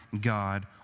God